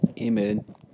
Amen